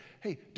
hey